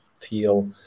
feel